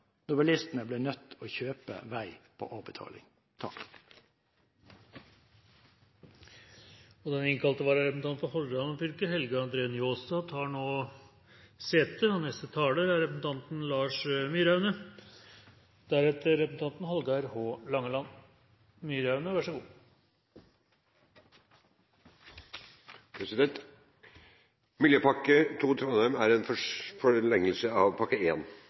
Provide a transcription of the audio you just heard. når bilistene er nødt til å kjøpe vei på avbetaling. Representanten Arne Sortevik har tatt opp de forslagene han refererte til. Den innkalte vararepresentant for Hordaland fylke, Helge André Njåstad, tar nå sete. Miljøpakke Trondheim trinn 2 er en forlengelse av pakke